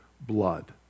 blood